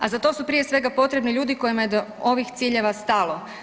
A za to su prije svega potrebni ljudi kojima je do ovih ciljeva stalo.